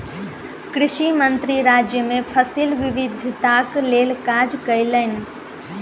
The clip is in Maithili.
कृषि मंत्री राज्य मे फसिल विविधताक लेल काज कयलैन